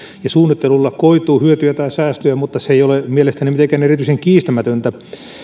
ja suunnittelulla koituu hyötyä tai säästöjä mutta se ei ole mielestäni mitenkään erityisen kiistämätöntä